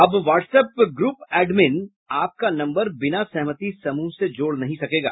अब WhatsApp group admin आपका number बिना सहमति समूह से जोड़ नहीं सकेगा